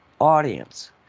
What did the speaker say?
audience